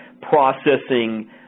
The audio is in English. processing